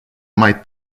mai